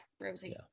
Rosie